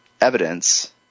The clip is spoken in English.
evidence